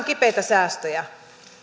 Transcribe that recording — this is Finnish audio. kipeitä säästöjä